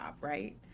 right